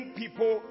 people